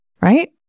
right